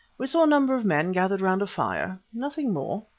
we saw a number of men gathered round a fire, nothing more.